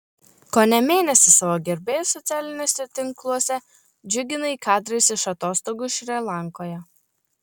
kone mėnesį savo gerbėjus socialiniuose tinkluose džiuginai kadrais iš atostogų šri lankoje